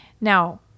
Now